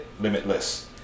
limitless